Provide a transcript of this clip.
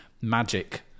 magic